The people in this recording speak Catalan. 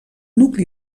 nucli